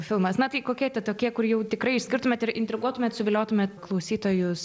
filmas na tai kokie tie tokie kur jau tikrai išskirtumėt ir intriguotumėt ir suviliotumėt klausytojus